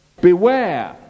Beware